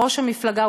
ראש המפלגה,